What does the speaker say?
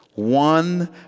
One